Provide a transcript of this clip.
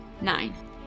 Nine